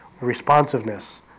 responsiveness